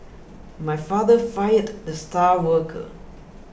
my father fired the star worker